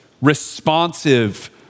responsive